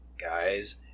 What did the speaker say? guys